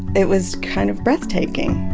it was kind of breathtaking.